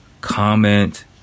comment